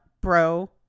bro